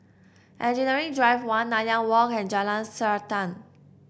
Engineering Drive One Nanyang Walk and Jalan Srantan